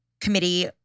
committee